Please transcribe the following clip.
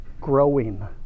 growing